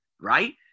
Right